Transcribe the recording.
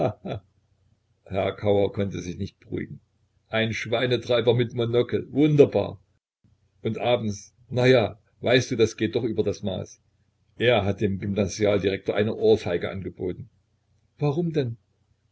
herr kauer konnte sich nicht beruhigen ein schweinetreiber mit monokel wunderbar und abends na ja weißt du das geht doch über das maß er hat dem gymnasialdirektor ohrfeigen angeboten warum denn